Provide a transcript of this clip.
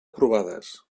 aprovades